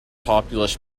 populous